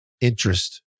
interest